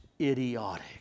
idiotic